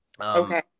Okay